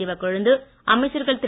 சிவக்கொழுந்து அமைச்சர்கள் திரு